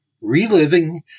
Reliving